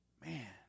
Man